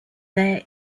there